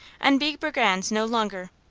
and be brigands no longer.